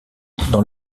dans